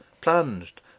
plunged